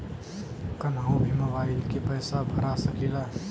कन्हू भी मोबाइल के पैसा भरा सकीला?